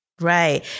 right